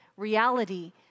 reality